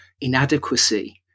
inadequacy